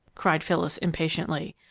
cried phyllis impatiently.